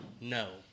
No